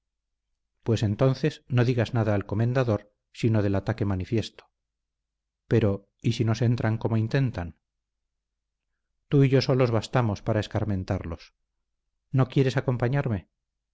pues entonces no digas nada al comendador sino del ataque manifiesto pero y si nos entran como intentan tú y yo solos bastamos para escarmentarlos no quieres acompañarme